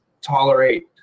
tolerate